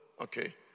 Okay